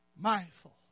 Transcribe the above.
mindful